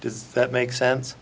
does that make sense